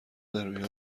درمیان